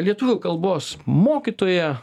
lietuvių kalbos mokytoja